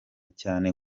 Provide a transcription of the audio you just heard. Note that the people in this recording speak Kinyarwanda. cyane